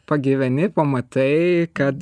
pagyveni pamatai kad